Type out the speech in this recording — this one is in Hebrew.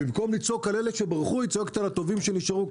במקום לצעוק על אלה שברחו היא צועקת על הטובים שנשארו.